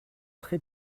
très